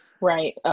right